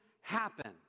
happen